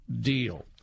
deal